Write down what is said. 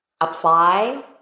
apply